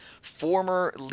former